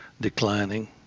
declining